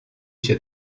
się